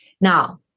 Now